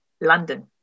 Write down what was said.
London